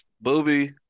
Booby